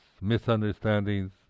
misunderstandings